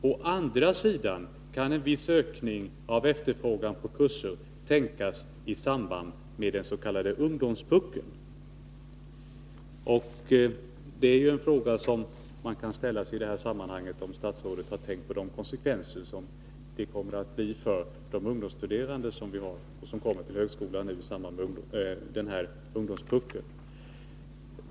Å andra sidan kan en viss ökning av efterfrågan på kurser tänkas i samband med den s.k. ungdomspuckeln.” En fråga som man kan ställa i dessa sammanhang är om statsrådet tänkt på de konsekvenser som det kommer att få för de ungdomsstuderande som kommer till högskolan i samband med den här ungdomspuckeln.